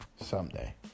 someday